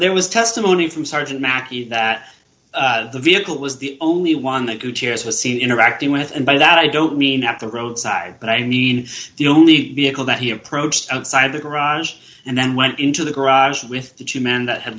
there was testimony from sergeant mackey that the vehicle was the only one that you cheers was see interacting with and by that i don't mean at the roadside but i mean the only vehicle that he approached outside of the garage and then went into the garage with the two men that had